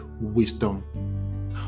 wisdom